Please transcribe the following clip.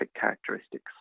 characteristics